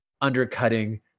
undercutting